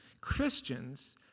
Christians